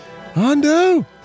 Hondo